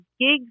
Gigs